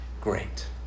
great